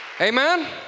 Amen